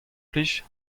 plij